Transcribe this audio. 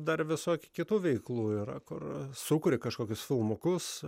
dar visokių kitų veiklų yra kur sukuri kažkokius filmukus